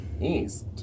East